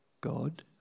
God